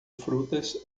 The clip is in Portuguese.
frutas